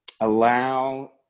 allow